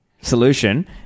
solution